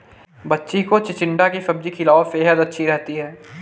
बच्ची को चिचिण्डा की सब्जी खिलाओ, सेहद अच्छी रहती है